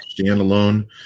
standalone